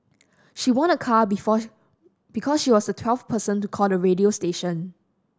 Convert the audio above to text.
she won a car before because she was the twelfth person to call the radio station